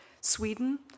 Sweden